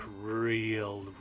real